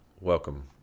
Welcome